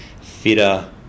fitter